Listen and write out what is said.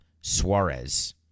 Suarez